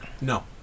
No